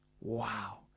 Wow